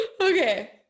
Okay